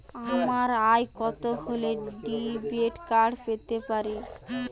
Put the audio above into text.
আমার আয় কত হলে ডেবিট কার্ড পেতে পারি?